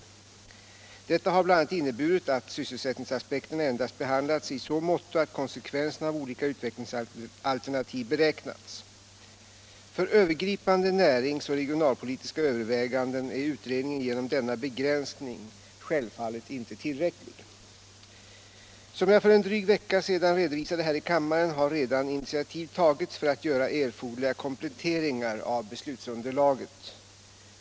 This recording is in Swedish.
Detta har bl.a. inneburit att sysselsättningsaspekterna endast behandlats i så måtto att konsekvenserna av olika utvecklingsalternativ beräknats. För övergripande närings och regionalpolitiska överväganden är utredningen genom denna begränsning självfallet inte tillräcklig. Som jag för en dryg vecka sedan redovisade här i kammaren har redan initiativ tagits för att göra erforderliga kompletteringar av beslutsunderlaget.